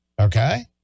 okay